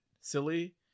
silly